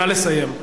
נא לסיים.